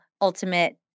ultimate